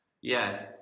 yes